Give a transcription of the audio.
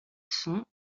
son